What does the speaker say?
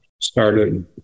started